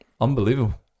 Unbelievable